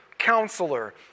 counselor